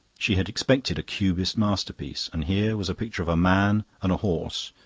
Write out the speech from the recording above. she had expected a cubist masterpiece, and here was a picture of a man and a horse,